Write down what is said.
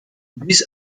dies